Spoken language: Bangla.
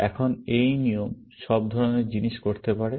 এখন এই নিয়ম সব ধরনের জিনিস করতে পারে